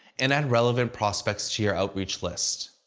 and add relevant prospects to your outreach list.